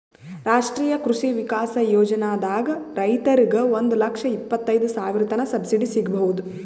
ರಾಷ್ಟ್ರೀಯ ಕೃಷಿ ವಿಕಾಸ್ ಯೋಜನಾದಾಗ್ ರೈತರಿಗ್ ಒಂದ್ ಲಕ್ಷ ಇಪ್ಪತೈದ್ ಸಾವಿರತನ್ ಸಬ್ಸಿಡಿ ಸಿಗ್ಬಹುದ್